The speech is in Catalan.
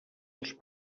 els